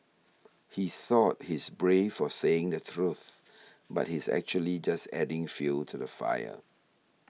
he thought he's brave for saying the truth but he's actually just adding fuel to the fire